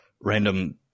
Random